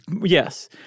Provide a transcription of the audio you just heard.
Yes